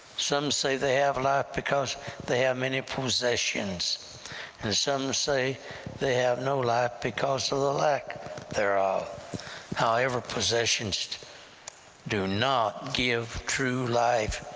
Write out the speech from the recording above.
some say they have life because they have many possessions, and some say they have no life because of the lack thereof however, possessions do not give true life